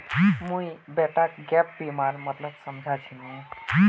मुई बेटाक गैप बीमार मतलब समझा छिनु